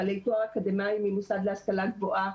בעלי תואר אקדמאי ממוסד להשכלה גבוהה,